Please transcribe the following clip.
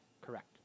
Correct